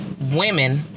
women